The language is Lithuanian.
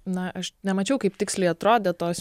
na aš nemačiau kaip tiksliai atrodė tos